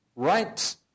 Right